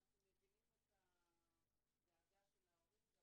אנחנו מבינים את הדאגה של ההורים גם